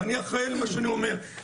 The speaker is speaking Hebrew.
ואני אחראי למה שאני אומר,